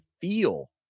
feel